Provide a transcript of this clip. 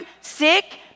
sick